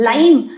Lime